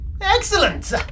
Excellent